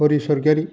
Hari Swargiary